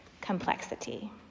complexity